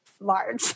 Large